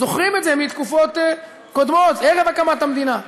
זוכרים את זה מתקופות קודמות, ערב הקמת המדינה.